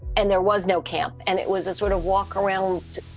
and there was no camp and it was a sort of walk around